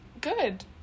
good